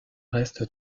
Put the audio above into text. reste